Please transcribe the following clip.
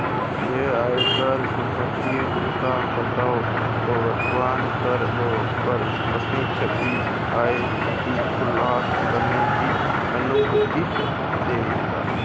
यह आयकर या संपत्ति कर चूककर्ताओं को वर्तमान करदरों पर अपनी छिपी आय का खुलासा करने की अनुमति देगा